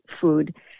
food